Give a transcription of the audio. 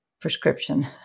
prescription